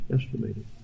estimated